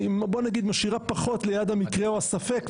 היא בוא נגיד משאירה פחות ליד המקרה או הספק,